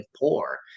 poor